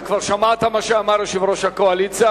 אתה כבר שמעת מה שאמר יושב-ראש הקואליציה,